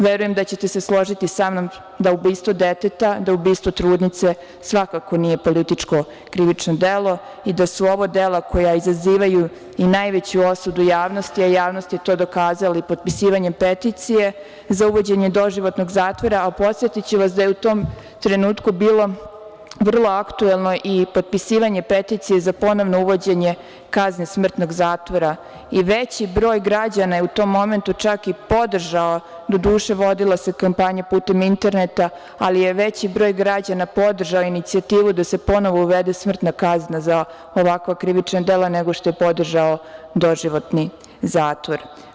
Verujem da ćete se složiti sa mnom da ubistvo deteta, da ubistvo trudnice, svakako nije političko krivično delo i da su ovo dela koja izazivaju i najveću osudu javnosti, a javnost je to dokazala i potpisivanjem peticije za uvođenje doživotnog zatvora, a podsetiću vas da je u tom trenutku bilo vrlo aktuelno i potpisivanje peticije za ponovno uvođenje kazne smrtnog zatvora i veći broj građana je u tom momentu čak i podržalo, doduše, vodila se kampanja putem interneta, ali je veći broj građana podržao inicijativu da se ponovo uvede smrtna kazna za ovakva krivična dela, nego što je podržao doživotni zatvor.